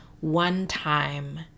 one-time